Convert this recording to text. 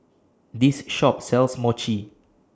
This Shop sells Mochi